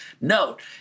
note